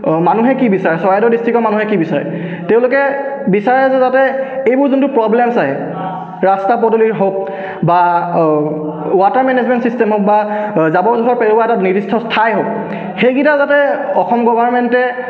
মানুহে কি বিচাৰে চৰাইদেউ ডিষ্ট্ৰিক্টৰ মানুহে কি বিচাৰে তেওঁলোকে বিচাৰে যে তাতে এইবোৰ যোনটো প্ৰব্লেমছ হয় ৰাস্তা পদূলিৰ হওক বা ৱাটাৰ মেনেজমেণ্ট চিষ্টেমৰ বা জাবৰ জোঁথৰ পেলোৱা এটা নিৰ্দিষ্ট ঠাই হওক সেইকেইটা যাতে অসম গভাৰ্ণমেণ্টে